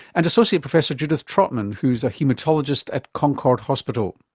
and associate professor judith trotman, who's a haematologist at concord hospital.